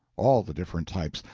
all the different types,